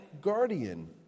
guardian